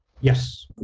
yes